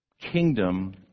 kingdom